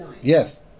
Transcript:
Yes